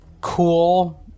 cool